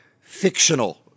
fictional